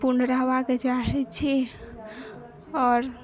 पूर्ण रहबा के चाहै छी आओर